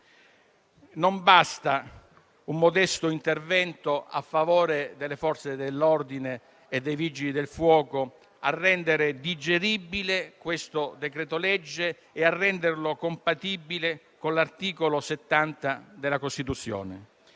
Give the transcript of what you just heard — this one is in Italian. Non basta un modesto intervento a favore delle Forze dell'ordine e dei Vigili del fuoco a rendere digeribile questo decreto-legge e compatibile con l'articolo 70 della Costituzione.